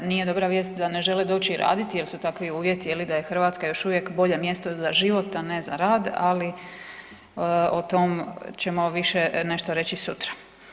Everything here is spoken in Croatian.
Nije dobra vijest da ne žele doći raditi jer su takvi uvjeti, je li, da je Hrvatska još uvijek bolje mjesto za život a ne rad ali o tom ćemo više nešto reći sutra.